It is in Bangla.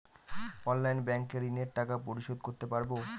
অনলাইনে ব্যাংকের ঋণের টাকা পরিশোধ করতে পারবো?